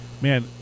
man